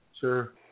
Sure